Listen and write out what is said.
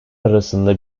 arasında